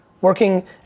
Working